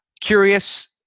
Curious